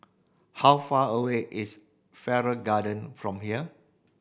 how far away is Farrer Garden from here